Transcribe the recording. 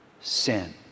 sin